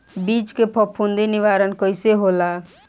बीज के फफूंदी निवारण कईसे होला?